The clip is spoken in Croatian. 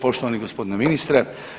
Poštovani gospodine ministre.